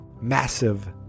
massive